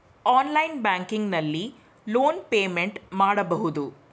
online banking ನಲ್ಲಿ loan payment ಮಾಡಬಹುದು